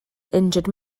injured